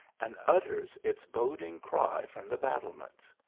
and ut ters its boding cry from the battlements.